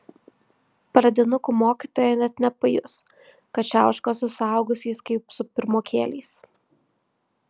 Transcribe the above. pradinukų mokytoja net nepajus kad čiauška su suaugusiais kaip su pirmokėliais